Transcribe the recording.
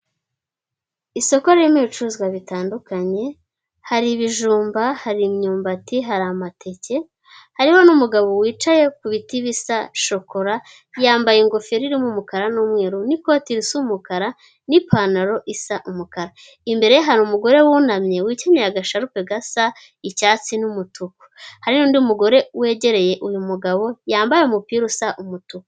Isoko ririmo ibicuruzwa bitandukanye: hari ibijumba, hari imyumbati, hari amateke hariho n'umugabo wicaye ku biti bisa shokora, yambaye ingofero irimo umukara n'umweru n'ikoti risa umukara n'ipantaro isa umukara, imbere hari umugore wunamye wikenyeye agasharupe gasa icyatsi n'umutuku, hari n'undi mugore wegereye uyu mugabo yambaye umupira usa umutuku.